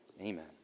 Amen